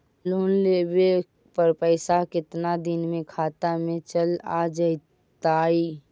Loan लेब पर पैसा कितना दिन में खाता में चल आ जैताई?